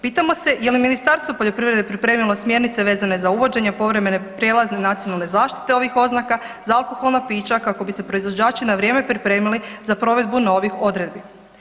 Pitamo se je li Ministarstvo poljoprivrede pripremilo smjernice vezane za uvođenje povremene prijelazne nacionalne zaštite ovih oznaka, za alkoholna pića kako bi se proizvođači na vrijeme pripremili za provedbu novih odredbi.